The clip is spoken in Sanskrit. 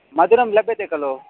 मधुरं लभ्यते खलु